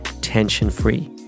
tension-free